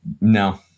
No